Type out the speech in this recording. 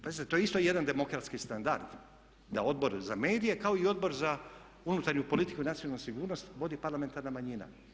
Pazite to je isto jedan demokratski standard da Odbor za medije kao i Odbor za unutarnju politiku i nacionalnu sigurnost vodi parlamentarna manjina.